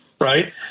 right